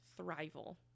thrival